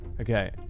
Okay